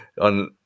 on